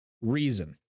reason